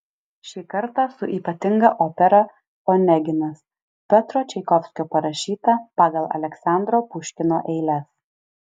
šį kartą su ypatinga opera oneginas piotro čaikovskio parašyta pagal aleksandro puškino eiles